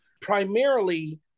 primarily